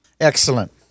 Excellent